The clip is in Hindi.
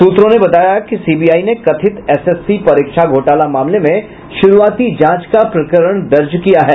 सूत्रों ने बताया कि सीबीआई ने कथित एसएससी परीक्षा घोटाला मामले में शुरुआती जांच का प्रकरण दर्ज किया है